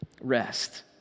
rest